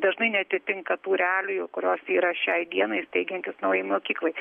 dažnai neatitinka tų realijų kurios yra šiai dienai ir steigiantis naujai mokyklai